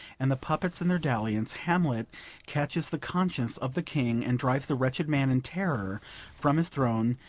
and the puppets in their dalliance, hamlet catches the conscience of the king, and drives the wretched man in terror from his throne,